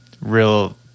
real